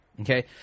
Okay